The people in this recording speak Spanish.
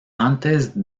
antes